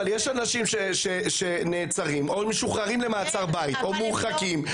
אבל יש אנשים שנעצרים או משוחררים למעצר בית או מורחקים,